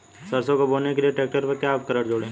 सरसों को बोने के लिये ट्रैक्टर पर क्या उपकरण जोड़ें?